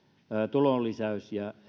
tulonlisäys ja